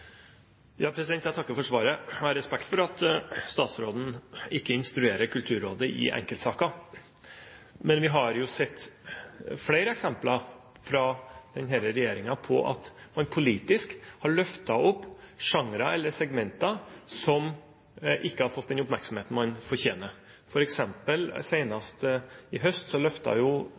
Jeg takker for svaret. Jeg har respekt for at statsråden ikke instruerer Kulturrådet i enkeltsaker, men vi har jo sett flere eksempler fra denne regjeringen på at man politisk har løftet opp sjangere eller segmenter som ikke har fått den oppmerksomheten man fortjener. For eksempel løftet kulturministeren senest i høst